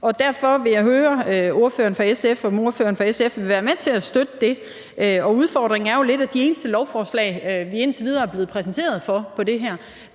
Derfor vil jeg høre ordføreren fra SF, om hun vil være med til at støtte det. Udfordringen er jo lidt, at de eneste lovforslag, vi indtil videre er blevet præsenteret for på det her